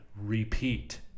repeat